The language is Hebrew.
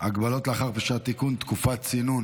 (הגבלות לאחר פרישה) (תיקון, תקופת צינון